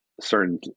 certain